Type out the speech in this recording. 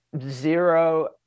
zero